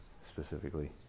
specifically